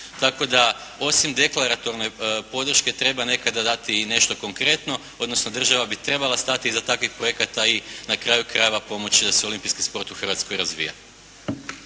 Tako da osim deklaratorne podrške treba nekada dati i nešto konkretno, odnosno država bi trebala stati iza takvih projekata i na kraju krajeva pomoći da se olimpijski sport u Hrvatskoj razvija.